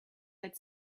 had